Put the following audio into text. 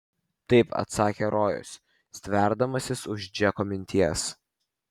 taip atsakė rojus stverdamasis už džeko minties